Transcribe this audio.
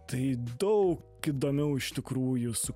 tai daug įdomiau iš tikrųjų su